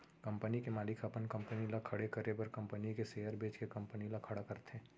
company के मालिक ह अपन कंपनी ल खड़े करे बर कंपनी के सेयर बेंच के कंपनी ल खड़ा करथे